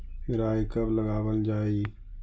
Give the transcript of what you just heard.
राई कब लगावल जाई?